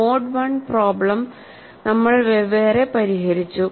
mode I problem നമ്മൾ വെവ്വേറെപരിഹരിച്ചു